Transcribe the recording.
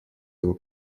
его